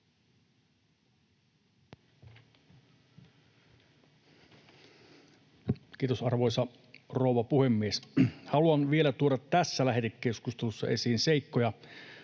Kiitos, arvoisa rouva puhemies! Haluan vielä tuoda tässä lähetekeskustelussa esiin seikkoja,